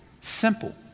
Simple